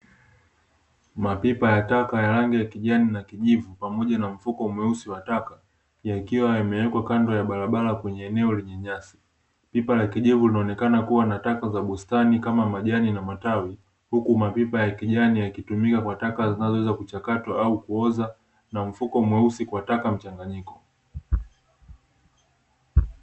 Mapipa ya taka ya rangi ya kijani na kijivu, pamoja na mfuko mweusi wa taka yakiwa yamewekwa kando ya barabara kwenye eneo lenye nyasi. Pipa la kijivu linaonekana kuwa na taka za bustani kama majani na matawi, huku mapipa ya kijani yakitumika kwa taka zinazoweza kichakatwa au kuoza, na mfuko mweusi kwa taka mchanganyiko.